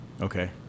okay